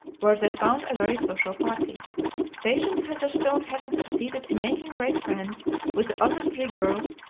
where they found a very social party patience heatherstone having succeeded in making great friends with the other three girls,